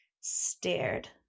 stared